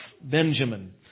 Benjamin